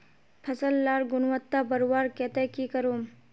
फसल लार गुणवत्ता बढ़वार केते की करूम?